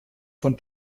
von